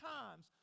times